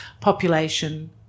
population